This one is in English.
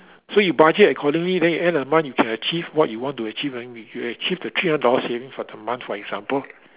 so you budget accordingly then you at the end of the month then you can achieve what you want to achieve and then you achieve three hundred dollar savings for the month for example